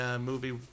movie